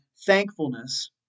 thankfulness